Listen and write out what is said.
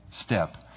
step